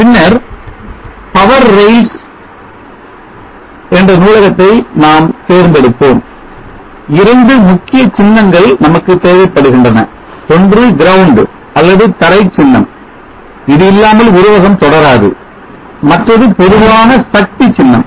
பின்னர் power rails நூலகத்தை நாம் தேர்ந்தெடுப்போம் இரண்டு முக்கிய சின்னங்கள் நமக்கு தேவைப்படுகின்றன ஒன்று கிரவுண்ட் அல்லது தரை சின்னம் இது இல்லாமல் உருவகம் தொடராது மற்றது பொதுவான சக்தி சின்னம்